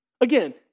Again